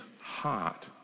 heart